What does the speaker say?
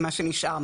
מה שנשאר,